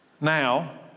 Now